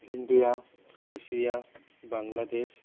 India Russia Bangladesh